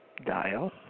dial